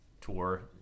tour